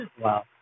wow